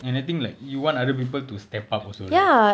and I think like you want other people to step up also right